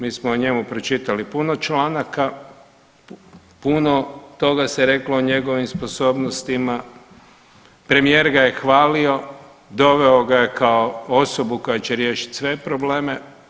Mi smo o njemu pročitali puno članaka, puno toga se reklo o njegovim sposobnostima, premijer ga je hvalio, doveo ga je kao osobu koja će riješiti sve probleme.